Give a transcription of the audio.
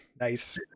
Nice